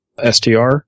str